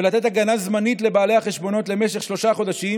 ולתת הגנה זמנית לבעלי החשבונות למשך שלושה חודשים,